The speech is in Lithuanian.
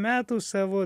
metų savo